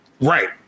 Right